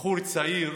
בחור צעיר